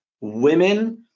women